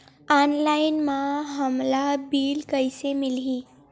Online म हमला bill कइसे मिलही?